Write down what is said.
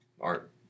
art